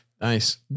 Nice